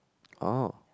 oh